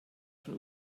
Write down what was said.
von